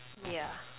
ya